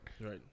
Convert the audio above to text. Right